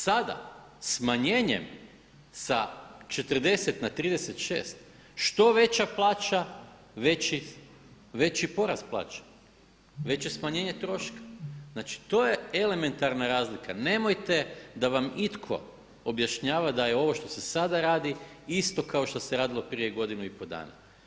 Sada, smanjenjem sa 40 na 36 što veća plaća veći porast plaće, veće smanjenje troška, znači to je elementarna razlika, nemojte da vam itko objašnjava da je ovo što se sada radi isto kao što se radilo prije godinu i pol dana.